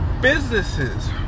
businesses